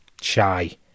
shy